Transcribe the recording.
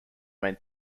main